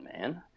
man